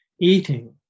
Eating